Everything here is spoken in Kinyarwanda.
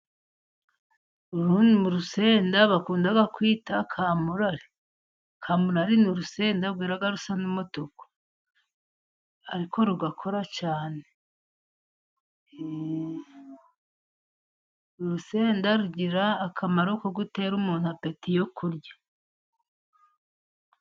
Uru ni urusenda bakunda kwita kamurari. Kamurari ni urusenda ikunda kwera rusa n'umutuku, ariko rugakora cyane. Urusenda rugira akamaro ko gutera umuntu apeti yo kurya.